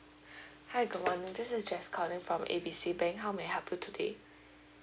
hi good morning this is jess calling from A B C bank how may I help you today